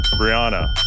Brianna